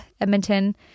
Edmonton